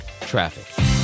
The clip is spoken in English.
Traffic